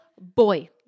boy